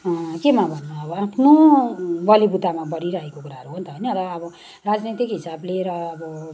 केमा भनौँ अब आफ्नो बलबुँतामा गरिरहेको कुराहरू हो नि त होइन र अब राजनैतिक हिसाबले र अब